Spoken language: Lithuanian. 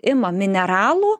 ima mineralų